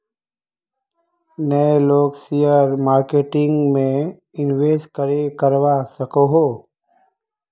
नय लोग share marketing में इंवेस्ट करे करवा सकोहो?